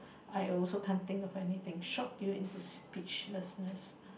I also can't think of anything shock you into speechlessness